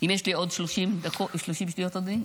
יש לי עוד 30 שניות, אדוני?